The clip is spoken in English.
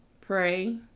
pray